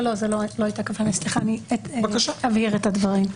לא, זו לא הייתה הכוונה, אני אבהיר את הדברים.